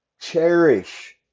cherish